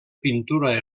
pintura